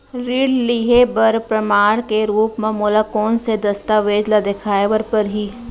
ऋण लिहे बर प्रमाण के रूप मा मोला कोन से दस्तावेज ला देखाय बर परही?